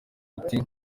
ati